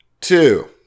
Two